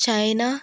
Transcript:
China